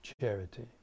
charity